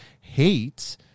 hate